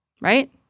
Right